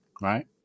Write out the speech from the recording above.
right